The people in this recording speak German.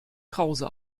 krause